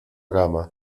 cama